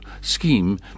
scheme